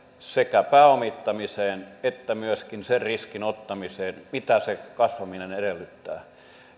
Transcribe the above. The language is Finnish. sekä pääomittamiseen että myöskin sen riskin ottamiseen mitä se kasvaminen edellyttää